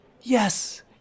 Yes